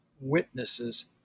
witnesses